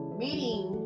meeting